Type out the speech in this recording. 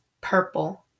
Purple